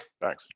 Thanks